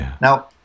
Now